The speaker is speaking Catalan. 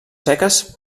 seques